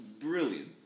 brilliant